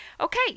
okay